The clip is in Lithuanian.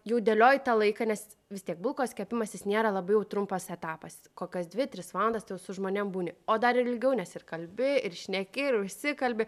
jau dėlioju tą laiką nes vis tiek bukos kepimas jis nėra labai jau trumpas etapas kokios dvi tris valandas tu jau su žmonėm būni o dar ir ilgiau nes ir kalbi ir šneki ir užsikalbi